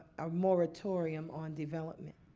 a moratorium on development.